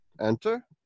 enter